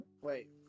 Wait